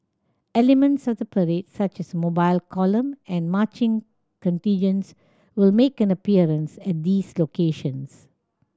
elements of the parade such as the Mobile Column and marching contingents will make an appearance at these locations